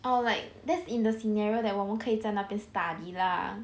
or like this in the scenario that 我们可以在那边 study lah